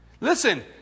Listen